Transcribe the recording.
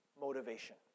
motivation